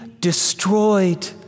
destroyed